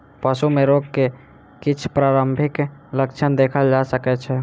पशु में रोग के किछ प्रारंभिक लक्षण देखल जा सकै छै